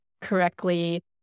correctly